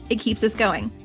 it keeps us going.